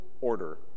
order